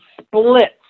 splits